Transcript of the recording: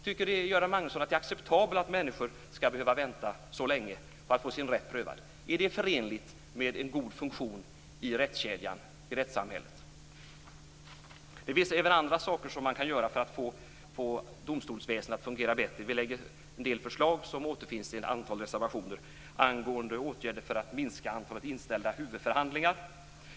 Tycker han att det är acceptabelt att människor skall behöva vänta så länge på att få sin rätt prövad? Är det förenligt med en god funktion i rättssamhällets rättskedja? Det finns även andra saker man kan göra för att få domstolsväsendet att fungera bättre. Vi har lagt fram en del förslag som återfinns i ett antal reservationer. Det gäller bl.a. åtgärder för att minska antalet inställda huvudförhandlingar.